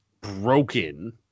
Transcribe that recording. broken